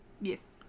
Yes